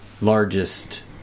largest